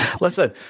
Listen